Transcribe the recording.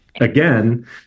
again